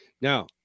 Now